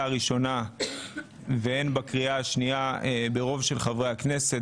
הראשונה והן בשנייה ברוב של חברי הכנסת.